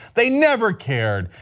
they never cared.